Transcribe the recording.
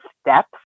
steps